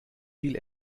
viel